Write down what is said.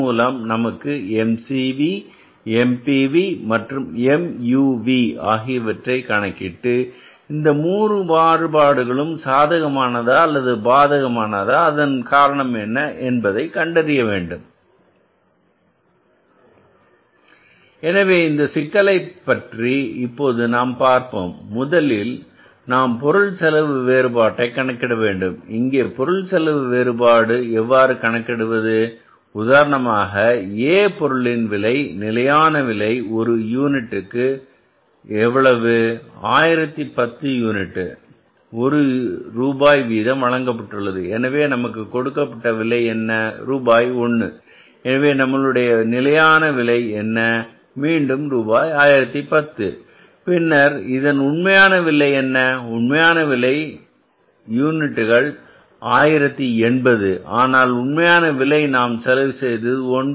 இதன்மூலம் நமக்கு MCV MPV மற்றும் MUV ஆகிவற்றை கணக்கிட்டு இந்த 3 மாறுபாடுகளும் சாதகமானதா அல்லது பாதகமானதாஅதன் காரணம் என்ன என்பதை கண்டறிய வேண்டும் எனவே இந்த சிக்கலைப் பற்றி இப்போது பார்ப்போம் முதலில் நாம் பொருள் செலவு வேறுபாட்டை கணக்கிட வேண்டும் இங்கே பொருள் செலவு வேறுபாட்டை எவ்வாறு கணக்கிடுவது உதாரணமாக A பொருளின் விலை நிலையான விலை ஒரு யூனிட்டுக்கு எவ்வளவு 1010 யூனிட் ஒரு ரூபாய் வீதம் வழங்கப்பட்டுள்ளது எனவே நமக்கு கொடுக்கப்பட்ட விலை என்ன ரூபாய் 1 எனவே நம்முடைய நிலையான விலை என்ன மீண்டும் ரூபாய் 1010 பின்னர் இதன் உண்மையான விலை என்ன உண்மையான யூனிட்டுகள் 1080 ஆனால் உண்மையான விலை நாம் செலவு செய்தது 1